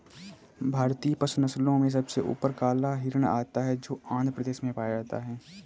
भारतीय पशु नस्लों में सबसे ऊपर काला हिरण आता है जो आंध्र प्रदेश में पाया जाता है